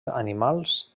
animals